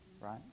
right